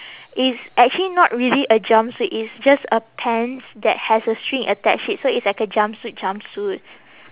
it's actually not really a jumpsuit it's just a pants that has a string attached to it so it's like a jumpsuit jumpsuit